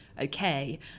okay